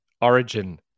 Origin